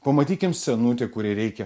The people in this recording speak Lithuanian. pamatykim senutę kuriai reikia